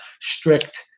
strict